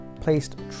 placed